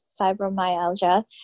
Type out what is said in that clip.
fibromyalgia